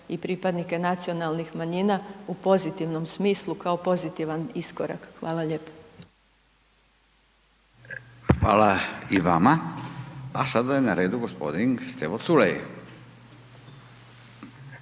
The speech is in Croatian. i pripadnike nacionalnih manjina u pozitivom smislu kao pozitivan iskorak. Hvala lijepa. **Radin, Furio (Nezavisni)** Hvala i vama. A sada je na redu gospodin Stevo Culej.